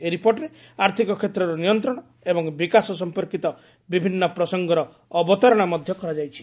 ଏହି ରିପୋର୍ଟରେ ଆର୍ଥକ କ୍ଷେତ୍ରର ନିୟନ୍ତ୍ରଣ ଏବଂ ବିକାଶ ସମ୍ପର୍କିତ ବିଭିନ୍ନ ପ୍ରସଙ୍ଗର ଅବତାରଣା ମଧ୍ୟ କରାଯାଇଛି